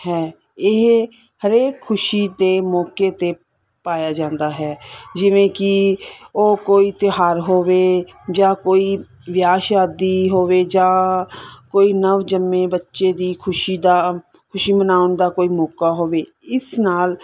ਹੈ ਇਹ ਹਰੇਕ ਖੁਸ਼ੀ ਦੇ ਮੌਕੇ 'ਤੇ ਪਾਇਆ ਜਾਂਦਾ ਹੈ ਜਿਵੇਂ ਕਿ ਉਹ ਕੋਈ ਤਿਉਹਾਰ ਹੋਵੇ ਜਾਂ ਕੋਈ ਵਿਆਹ ਸ਼ਾਦੀ ਹੋਵੇ ਜਾਂ ਕੋਈ ਨਵ ਜੰਮੇ ਬੱਚੇ ਦੀ ਖੁਸ਼ੀ ਦਾ ਖੁਸ਼ੀ ਮਨਾਉਣ ਦਾ ਕੋਈ ਮੌਕਾ ਹੋਵੇ ਇਸ ਨਾਲ